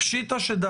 שקובע